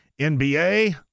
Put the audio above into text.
NBA